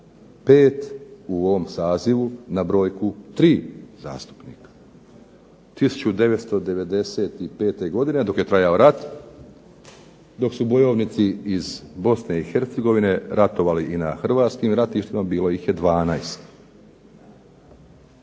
pet u ovom sazivu na brojku tri zastupnika. 1995. godine dok je trajao rat, dok su bojovnici iz Bosne i Hercegovine ratovali i na hrvatskim ratištima bilo ih je 12.